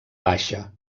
baixa